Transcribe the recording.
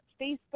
Facebook